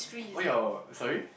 why your sorry